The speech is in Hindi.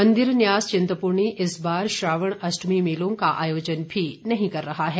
मंदिर न्यास चिंतपूर्णी इस बार श्रावण अष्टमी मेलों का आयोजन भी नहीं कर रहा है